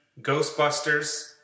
Ghostbusters